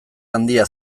handia